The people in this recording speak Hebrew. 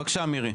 בבקשה, מירי.